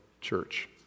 church